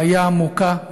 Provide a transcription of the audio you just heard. בעיה עמוקה,